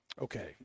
Okay